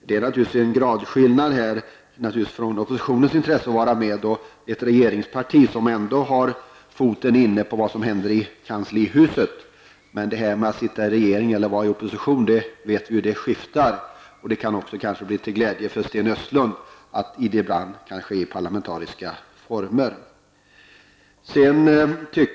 Det finns naturligtvis en gradskillnad här mellan å ena sidan oppositionen och å andra sidan ett regeringsparti som har foten inne i kanslihuset. Men vi vet ju hur det kan skifta, det här med att sitta i regering eller i opposition. Det kan kanske också bli till glädje för Sten Östlund att det kan ske under parlamentariska former.